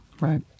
Right